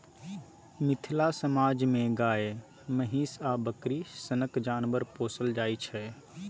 मिथिला समाज मे गाए, महीष आ बकरी सनक जानबर पोसल जाइ छै